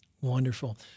Wonderful